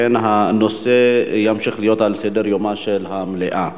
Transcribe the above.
לכן הנושא ימשיך לדיון במליאה.